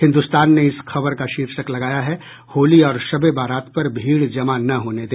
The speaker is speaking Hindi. हिन्दुस्तान ने इस खबर का शीर्षक लगाया है होली और शब ए बरात पर भीड़ जमा न होने दे